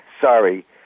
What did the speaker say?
sorry